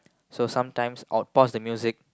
so sometimes I would pause the music